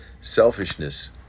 Selfishness